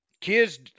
kids